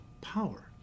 power